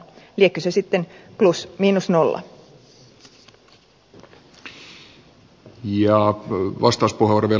liekö se sitten plus miinus nolla